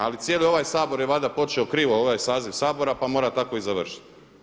Ali cijeli ovaj Sabor je valjda počeo krivo ovaj saziv Sabora, pa mora tako i završiti.